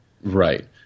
Right